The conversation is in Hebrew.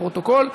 לפרוטוקול.